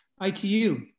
ITU